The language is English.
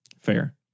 Fair